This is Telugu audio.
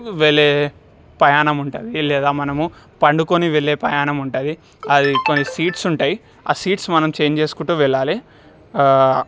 వెళ్ళే ప్రయాణముంటుంది లేదా మనము పండుకొని వెళ్ళే ప్రయాణముంటుంది అది కొన్ని సీట్స్ ఉంటయ్ ఆ సీట్స్ మనం చేంజ్ చేసుకుంటూ వెళ్ళాలి